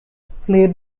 play